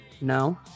No